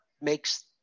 makes